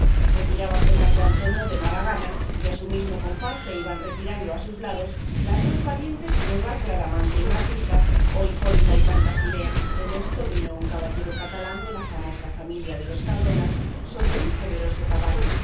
retirábase marco antonio de mala gana y a su mismo compás se iban retirando a sus lados las dos valientes y nuevas bradamante y marfisa o hipólita y pantasilea en esto vino un caballero catalán de la famosa familia de los cardonas sobre un poderoso caballo